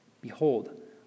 behold